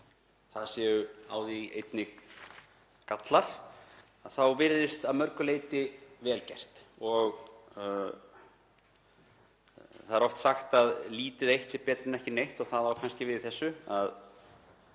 að á því séu einnig gallar þá virðist það að mörgu leyti vel gert. Það er oft sagt að lítið eitt sé betra en ekki neitt og það á kannski við í þessu,